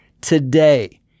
today